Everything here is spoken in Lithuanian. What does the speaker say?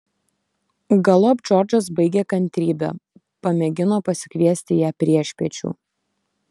galop džordžas baigė kantrybę pamėgino pasikviesti ją priešpiečių